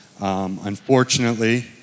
Unfortunately